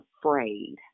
afraid